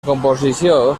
composició